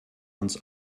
uns